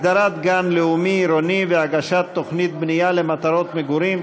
הגדרת גן לאומי עירוני והגשת תוכנית בנייה למטרות מגורים),